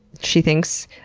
she thinks,